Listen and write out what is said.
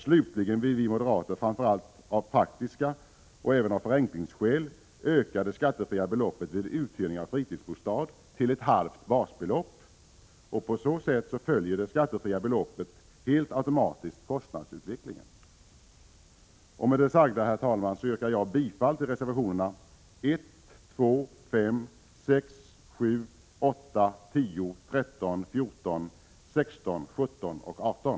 Slutligen vill vi moderater av framför allt praktiska skäl men även av förenklingsskäl öka det skattefria beloppet vid uthyrning av fritidsbostad till ett halvt basbelopp. På så sätt följer det skattefria beloppet helt automatiskt kostnadsutvecklingen. Med det sagda, herr talman, yrkar jag bifall till reservationerna 1,2,5,6,7, 8, 10, 13, 14, 16, 17 och 18.